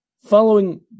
following